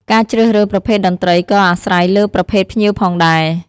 ការជ្រើសរើសប្រភេទតន្ត្រីក៏អាស្រ័យលើប្រភេទភ្ញៀវផងដែរ។